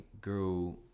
grew